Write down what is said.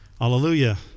Hallelujah